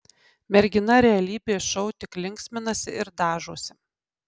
mergina realybės šou tik linksminasi ir dažosi